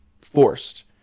forced